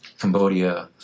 Cambodia